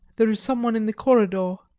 there is someone in the corridor!